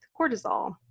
cortisol